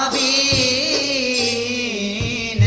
e